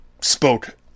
spoke